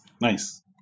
nice